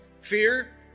Fear